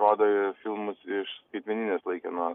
rodo filmus iš skaitmeninės laikinos